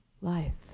life